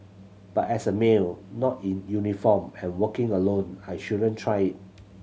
but as a male not in uniform and working alone I shouldn't try it